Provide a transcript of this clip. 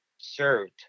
served